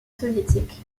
soviétiques